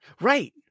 Right